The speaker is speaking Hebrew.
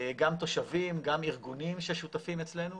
גם תושבים, גם ארגונים ששותפים אצלנו